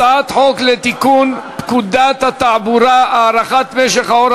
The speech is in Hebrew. הצעת חוק לתיקון פקודת התעבורה (הארכת משך האור